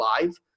live